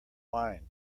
wine